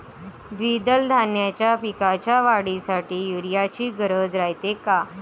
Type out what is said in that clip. द्विदल धान्याच्या पिकाच्या वाढीसाठी यूरिया ची गरज रायते का?